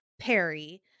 Perry